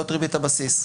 זאת ריבית הבסיס.